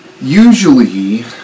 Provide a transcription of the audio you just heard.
Usually